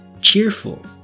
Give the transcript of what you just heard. Cheerful